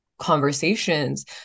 conversations